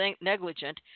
negligent